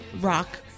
Rock